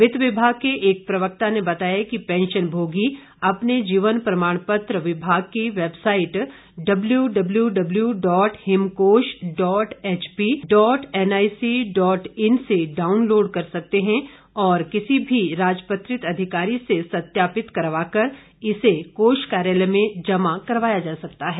वित्त विभाग के एक प्रवक्ता ने बताया कि पैंशनभोगी अपने जीवन प्रमाण पत्र विभाग के website W W dot Himkosh dot HP dot NIC dot in से डाउनलोड कर सकते हैं और किसी भी राजपत्रित अधिकारी से सत्यापित करवाकर इसे कोष कार्यालय में जमा करवाया जा सकता है